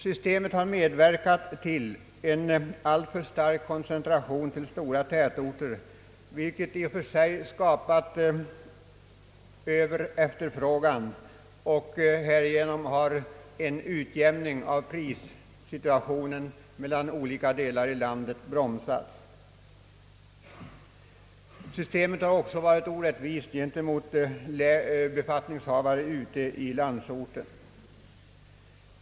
Systemet har medverkat till en alltför stark koncentration till stora tätorter, vilket i och för sig skapat överefterfrågan och bromsat en utjämning av prissituationen i landets olika delar. Systemet har också varit orättvist mot befattning havare ute i landsorten.